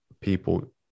people